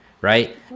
Right